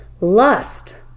Lust